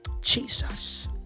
Jesus